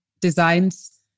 designs